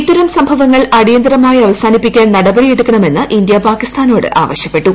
ഇത്തരം സംഭവങ്ങൾ അടിയന്തിരമായി അവസാനിപ്പിക്കാൻ നടപടിയെടുക്കണമെന്ന് ഇന്ത്യ പാകിസ്ഥാനോട് ആവശ്യപ്പെട്ടു